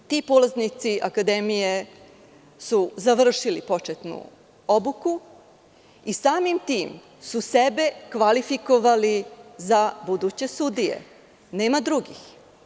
Ti polaznici akademije su završili početnu obuku i samim tim su sebe kvalifikovali za buduće sudije, nema drugih.